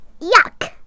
Yuck